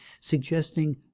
suggesting